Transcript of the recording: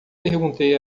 perguntei